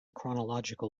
chronological